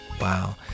wow